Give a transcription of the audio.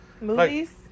Movies